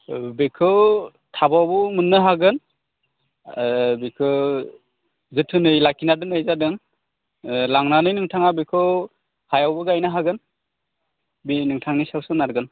औ बेखौ थाबावबो मोननो हागोन बेखौ जोथोनै लाखिना दोननाय जादों लांनानै नोंथाङा बेखौ हायावबो गायनो हागोन बे नोंथांनि सायाव सोनारगोन